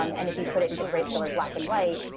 um and if you put it into grayscale or black and white,